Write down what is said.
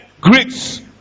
Greeks